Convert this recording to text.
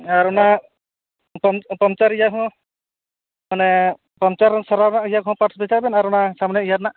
ᱟᱨ ᱚᱱᱟ ᱯᱟᱢᱪᱟᱨ ᱤᱭᱟᱹ ᱦᱚᱸ ᱢᱟᱱᱮ ᱯᱟᱢᱪᱟᱨ ᱥᱟᱨᱟᱣ ᱨᱮᱭᱟᱜ ᱤᱭᱟᱹ ᱠᱚᱦᱚᱸ ᱯᱟᱴᱥ ᱢᱮᱛᱟᱭ ᱵᱮᱱ ᱟᱨ ᱚᱱᱟ ᱥᱟᱢᱱᱮ ᱤᱭᱟᱹ ᱨᱮᱱᱟᱜ